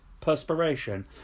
perspiration